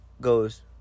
goes